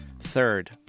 Third